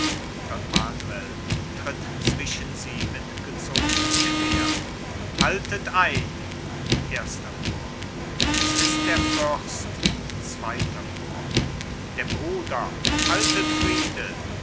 manuel tritt zwischen sie mit gezogenem schwert haltet ein erster chor cajetan es ist der fürst zweiter chor bohemund der bruder haltet friede